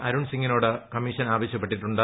അരുൺ സിംഗിനോട് കമ്മീഷൻ ആവശ്യപ്പെട്ടിട്ടുണ്ട്